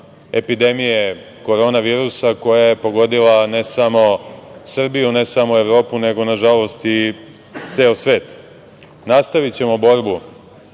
epidemije korona virusa koja je pogodila ne samo Srbiju, ne samo Evropu, nego nažalost i ceo svet. Nastavićemo borbu